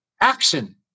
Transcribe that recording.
Action